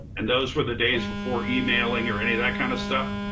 and those were the days before emailing or any of that kind of stuff.